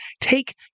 take